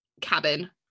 cabin